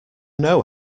know